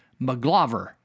McGlover